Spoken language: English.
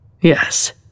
Yes